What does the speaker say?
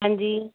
ਹਾਂਜੀ